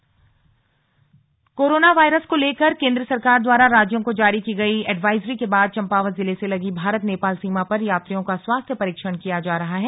corona virus Champawat corona virus को लेकर केंद्र सरकार द्वारा राज्यों को जारी की गई एडवाइजरी के बाद चम्पावत जिले से लगी भारत नेपाल सीमा पर यात्रियों का स्वास्थ्य परीक्षण किया जा रहा है